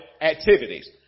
activities